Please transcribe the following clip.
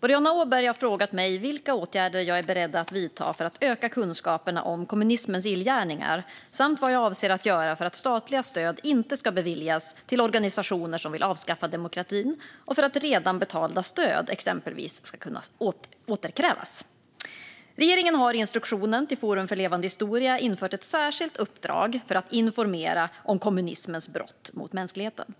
Boriana Åberg har frågat mig vilka åtgärder jag är beredd att vidta för att öka kunskaperna om kommunismens illgärningar samt vad jag avser att göra för att statliga stöd inte ska beviljas till organisationer som vill avskaffa demokratin och för att redan betalda stöd exempelvis ska kunna återkrävas. Regeringen har i instruktionen till Forum för levande historia infört ett särskilt uppdrag att informera om kommunismens brott mot mänskligheten.